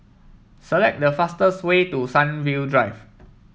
select the fastest way to Sunview Drive